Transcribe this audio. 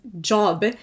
job